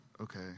Okay